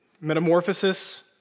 Metamorphosis